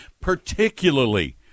particularly